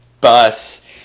bus